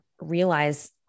realize